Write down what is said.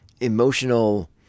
emotional